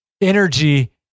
energy